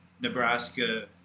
Nebraska